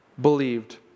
believed